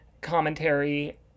commentary